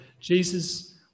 Jesus